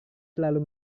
selalu